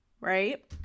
Right